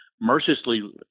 mercilessly